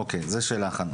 אוקיי, זה שאלה אחת.